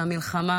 זו המלחמה